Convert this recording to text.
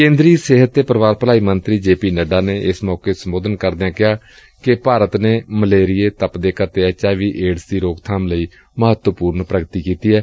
ਕੇਂਦਰ ਸਿਹਤ ਤੇ ਪਰਿਵਾਰ ਭਲਾਈ ਮੰਤਰੀ ਜੇ ਪੀ ਨੱਡਾ ਨੇ ਏਸ ਮੌਕੇ ਸੰਬੋਧਨ ਕਰਦਿਆਂ ਕਿਹਾ ਕਿ ਭਾਰਤ ਨੇ ਮਲੇਰੀਏ ਤਪਇਕ ਅਤੇ ਐਚ ਆਈ ਵੀ ਏਡਜ਼ ਦੀ ਰੋਕਬਾਪ ਲਈ ਮਹੱਤਵਪੁਰਨ ਪ੍ਰਗਤੀ ਕੀਤੀ ਏ